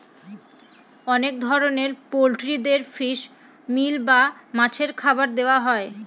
অনেক ধরনের পোল্ট্রিদের ফিশ মিল বা মাছের খাবার দেওয়া হয়